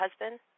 husband